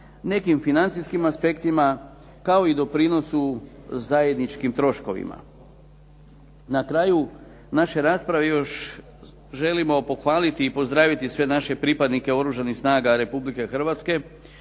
nekim financijskim aspektima kao i doprinosu zajedničkim troškovima. Na kraju naše rasprave još želimo pohvaliti i pozdraviti sve naše pripadnike Oružanih snaga Republike Hrvatske,